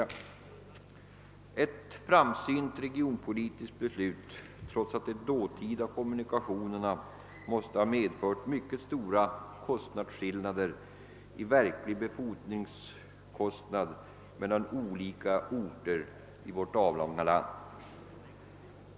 Det var ett framsynt regionpolitiskt beslut, enär de dåtida kommunikationerna måste ha medfört mycket stora skillnader i verklig befordringskostnad mellan olika orter i vårt avlånga land.